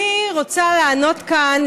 אני רוצה לענות כאן,